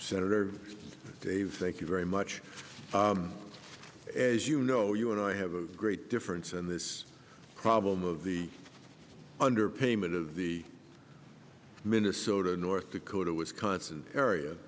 sen dave thank you very much as you know you and i have a great difference in this problem of the underpayment of the minnesota north dakota wisconsin area